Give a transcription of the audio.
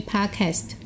Podcast